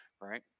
Right